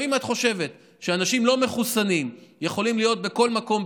אם את חושבת שאנשים לא מחוסנים יכולים להיות בכל מקום,